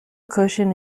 cushion